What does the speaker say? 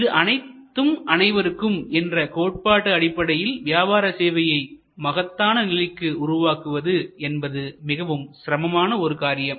இது அனைத்தும் அனைவருக்கும் என்ற கோட்பாட்டு அடிப்படையில் வியாபார சேவையை மகத்துவமான நிலைக்கு உருவாக்குவது என்பது மிகவும் சிரமமான ஒரு காரியம்